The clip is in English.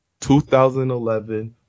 2011